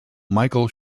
michael